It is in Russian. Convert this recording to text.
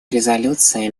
резолюции